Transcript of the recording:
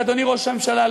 ואדוני ראש הממשלה,